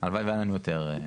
הלוואי שהיה לנו יותר.